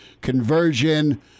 Conversion